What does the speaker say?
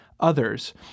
Others